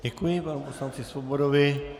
Děkuji panu poslanci Svobodovi.